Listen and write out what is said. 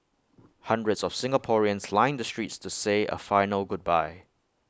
hundreds of Singaporeans lined the streets to say A final goodbye